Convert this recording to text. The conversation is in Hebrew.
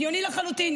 הגיוני לחלוטין,